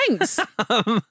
Thanks